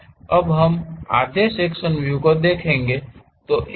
अब हम आधे सेक्शन व्यू को देखेंगे